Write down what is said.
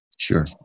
Sure